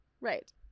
Right